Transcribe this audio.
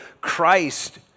Christ